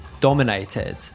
dominated